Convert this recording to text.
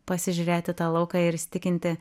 pasižiūrėti tą lauką ir įsitikinti